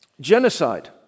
genocide